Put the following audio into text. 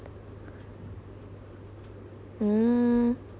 mm